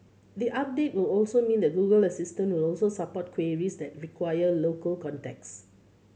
the update will also mean that Google Assistant will also support queries that require local context